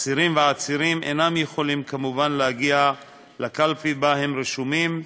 אסירים ועצירים אינם יכולים כמובן להגיע לקלפי שבה הם רשומים,